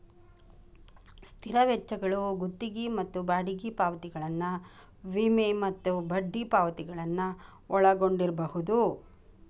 ಸ್ಥಿರ ವೆಚ್ಚಗಳು ಗುತ್ತಿಗಿ ಮತ್ತ ಬಾಡಿಗಿ ಪಾವತಿಗಳನ್ನ ವಿಮೆ ಮತ್ತ ಬಡ್ಡಿ ಪಾವತಿಗಳನ್ನ ಒಳಗೊಂಡಿರ್ಬಹುದು